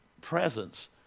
presence